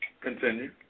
Continue